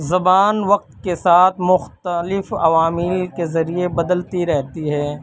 زبان وقت کے ساتھ مختلف عوامل کے ذریعے بدلتی رہتی ہے